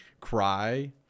cry